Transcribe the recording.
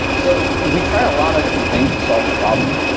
so, we tried a lot of different things to solve this problem.